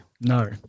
No